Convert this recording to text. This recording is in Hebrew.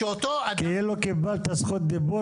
כשאותו אדם --- כאילו קיבלת זכות דיבור